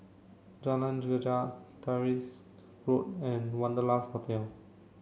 Jalan Greja Tyrwhitt Road and Wanderlust Hotel